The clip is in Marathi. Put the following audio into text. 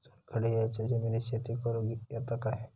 चुनखडीयेच्या जमिनीत शेती करुक येता काय?